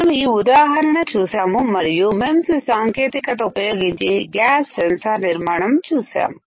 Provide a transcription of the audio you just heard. మనం ఈ ఉదాహరణ చూసాము మరియు MEMS సాంకేతికత ఉపయోగించి గ్యాస్ సెన్సార్నిర్మాణం చూసాము